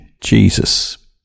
Jesus